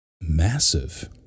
massive